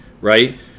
right